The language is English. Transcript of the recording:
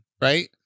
right